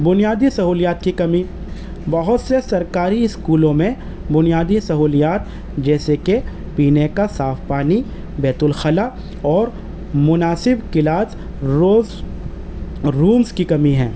بنیادی سہولیات کی کمی بہت سے سرکاری اسکولوں میں بنیادی سہولیات جیسے کہ پینے کا صاف پانی بیت الخلا اور مناسب کلاس روز رومز کی کمی ہے